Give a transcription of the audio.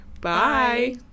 Bye